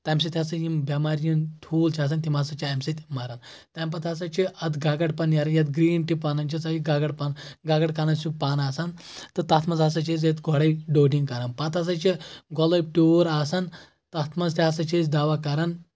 تمہِ سۭتۍ ہسا یِم بؠمارِ یِم ٹھوٗل چھِ آسان تِم ہسا چھِ اَمہِ سۭتۍ مران تَمہِ پتہٕ ہسا چھِ اتھ گگر پن نیران یتھ گریٖن ٹِپن چھِ سۄ چھِ گگر پن گگر کنن ہیٚو پن آسان تہٕ تتھ منٛز ہسا چھِ أسۍ ییٚتہِ گۄڈے ڈوٹنگ کران پتہٕ ہسا چھِ گۄلٲبۍ ٹوٗر آسان تتھ منٛز تہِ ہسا چھِ أسۍ دوہ کران